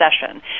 session